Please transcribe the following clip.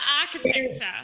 architecture